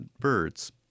birds